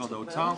משרד האוצר.